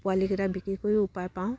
পোৱালিকিটা বিক্ৰী কৰি উপায় পাওঁ